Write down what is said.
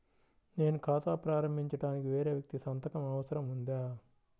నేను ఖాతా ప్రారంభించటానికి వేరే వ్యక్తి సంతకం అవసరం ఉందా?